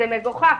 זה מגוחך.